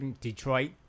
Detroit